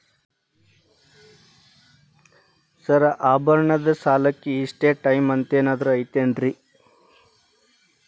Sir ಆಭರಣದ ಸಾಲಕ್ಕೆ ಇಷ್ಟೇ ಟೈಮ್ ಅಂತೆನಾದ್ರಿ ಐತೇನ್ರೇ?